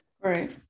Right